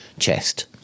chest